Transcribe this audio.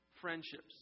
friendships